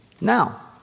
Now